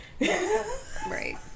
right